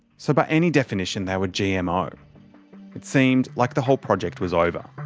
so by any definition they were gmos. it seemed like the whole project was over.